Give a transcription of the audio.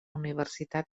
universitat